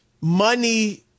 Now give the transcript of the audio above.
money